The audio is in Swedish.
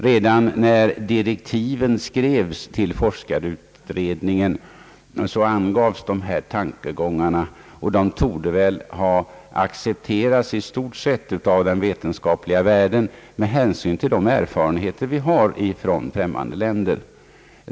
Redan i direktiven för forskarutredningen angavs en sådan riktlinje, och den torde ha i stort sett accepterats av den vetenskapliga världen med hänsyn till de erfarenheter vi har från främmande länder.